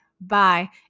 bye